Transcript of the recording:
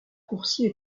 coursier